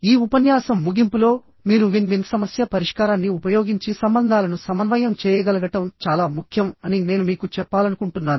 ఈ ఉపన్యాసం ముగింపులో మీరు విన్ విన్ సమస్య పరిష్కారాన్ని ఉపయోగించి సంబంధాలను సమన్వయం చేయగలగటం చాలా ముఖ్యం అని నేను మీకు చెప్పాలనుకుంటున్నాను